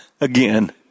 again